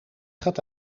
gaat